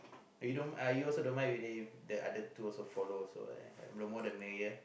you don't uh you also don't mind if if the other two also follow so uh the more the merrier